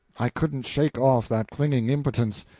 i couldn't shake off that clinging impotence.